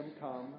come